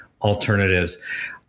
alternatives